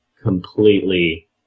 completely